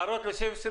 הערות לסעיף 23?